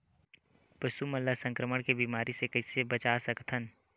पशु मन ला संक्रमण के बीमारी से कइसे बचा सकथन?